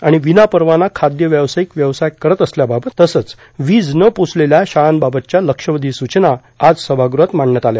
आणि विनापरवाना खाद्य व्यावसायिक व्यवसाय करत असल्याबाबत तसंच विज न पोचलेल्या शाळांबाबतच्या लक्षवेधी सूचना आज सभागृहात मांडण्यात आल्या